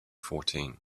fourteen